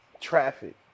traffic